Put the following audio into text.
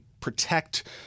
protect